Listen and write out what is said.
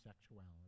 sexuality